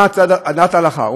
מה דעת ההלכה.